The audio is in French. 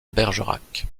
bergerac